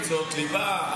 מקצועות ליבה,